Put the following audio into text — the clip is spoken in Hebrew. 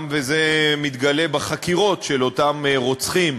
וזה גם מתגלה בחקירות של אותם רוצחים,